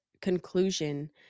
conclusion